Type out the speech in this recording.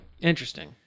Interesting